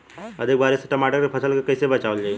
अधिक बारिश से टमाटर के फसल के कइसे बचावल जाई?